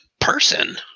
person